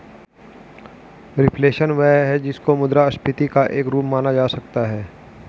reflation वह है जिसको मुद्रास्फीति का एक रूप माना जा सकता है